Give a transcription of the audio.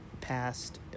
passed